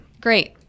Great